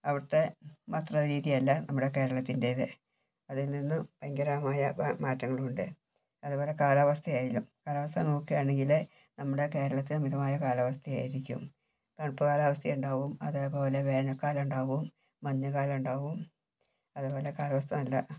അവിടത്തെ വസ്ത്രരീതിയല്ല നമ്മുടെ കേരളത്തിന്റേത് അതിൽ നിന്നും ഭയങ്കരമായ മാ മാറ്റങ്ങൾ ഉണ്ട് അതേപോലെ കാലാവസ്ഥയയാലും കാലാവസ്ഥ നോക്കുകയാണെങ്കിൽ നമ്മുടെ കേരളത്തിലെ മിതമായ കാലാവസ്ഥ ആയിരിക്കും തണുപ്പ് കാലാവസ്ഥ ഉണ്ടാവും അതേപോലെ വേനൽ കാലമുണ്ടാകും മഞ്ഞുകാലം ഉണ്ടാവും അതേപോലെ കാലാവസ്ഥ നല്ല